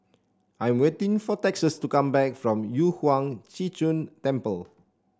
I'm waiting for Texas to come back from Yu Huang Zhi Zun Temple